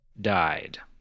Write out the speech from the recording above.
died